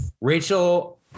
Rachel